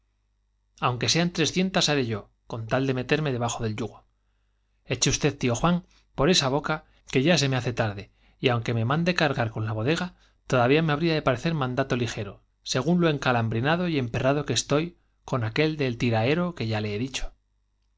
la paeva trescientas haré yo con tal de aunque sean meterme debajo del yugo eche usted tío juan por ya se me hace tarde y aunque me esa haca que mande cargar con la bodega todavía me había de parecer mandato ligero según lo encalambrinado y con el aquel del tiraero que ya emperrado que estoy le he dicho